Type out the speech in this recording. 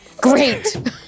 Great